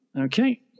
Okay